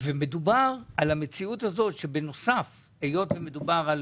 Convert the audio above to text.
ומדובר על המציאות הזאת שבנוסף, היות ומדובר על